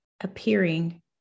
appearing